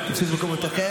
תפסו את מקומותיכם.